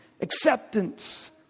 acceptance